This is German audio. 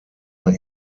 bei